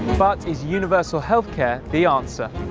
but is universal health care the answer?